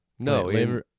No